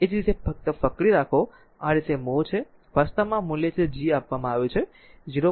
એ જ રીતે ફક્ત પકડી રાખો એ જ રીતે આ mho છે આ વાસ્તવમાં આ મૂલ્ય છે G આપવામાં આવ્યું છે આ 0